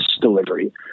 delivery